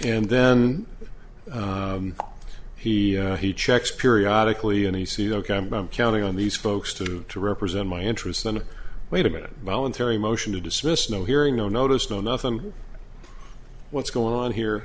and then he he checks periodically and you see the counting on these folks to to represent my interests and wait a minute voluntary motion to dismiss no hearing no notice no nothing what's going on here